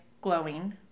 glowing